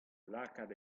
lakaat